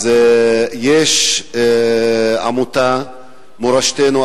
יש עמותה "מורשתנו,